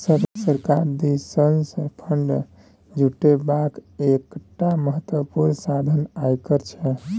सरकार दिससँ फंड जुटेबाक एकटा महत्वपूर्ण साधन आयकर छै